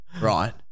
right